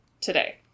today